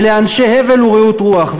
אלה אנשי הבל ורעות רוח.